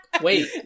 Wait